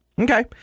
okay